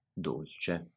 dolce